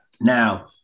Now